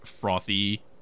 frothy